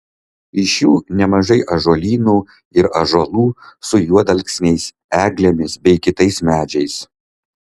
iš jų nemažai ąžuolynų ir ąžuolų su juodalksniais eglėmis bei kitais medžiais